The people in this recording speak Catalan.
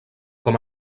com